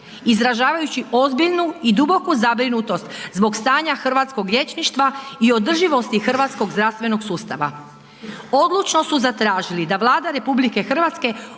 izražavajući ozbiljnu i duboku zabrinutost zbog stanja hrvatskog liječništva i održivosti hrvatskog zdravstvenog sustava. Odlučno su zatražili da Vlada RH odmah